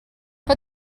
put